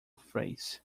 face